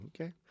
Okay